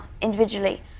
individually